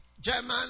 German